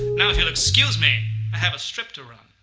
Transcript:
now if you'll excuse me, i have a strip to run.